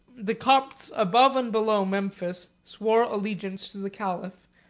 the copts above and below memphis swore allegiance to the caliph,